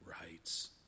rights